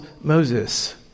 Moses